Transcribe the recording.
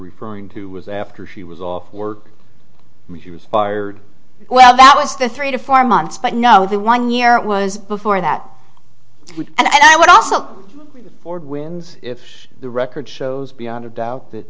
referring to was after she was off work and she was tired well that was the three to four months but no the one year it was before that and i would also for wins if the record shows beyond a doubt that